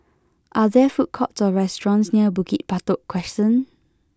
are there food courts or restaurants near Bukit Batok Crescent